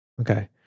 Okay